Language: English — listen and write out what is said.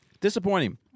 Disappointing